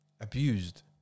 abused